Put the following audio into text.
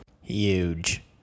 Huge